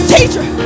Teacher